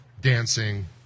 dancing